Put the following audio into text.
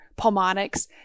pulmonics